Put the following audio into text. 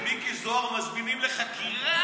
ואת מיקי זוהר מזמינים לחקירה.